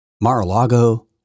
Mar-a-Lago